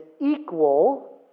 equal